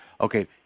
Okay